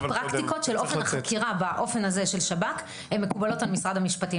הפרקטיקות של אופן החקירה של שב"כ מקובלות על משרד המשפטים.